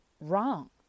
wrong